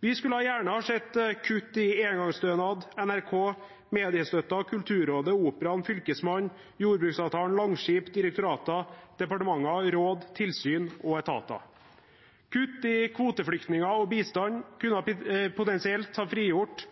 Vi skulle gjerne ha sett kutt i engangsstønad, NRK, mediestøtte, Kulturrådet, Operaen, Fylkesmannen, jordbruksavtalen, Langskip, direktorater, departementer, råd, tilsyn og etater. Kutt i antallet kvoteflyktninger og bistand kunne potensielt ha frigjort